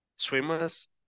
Swimmers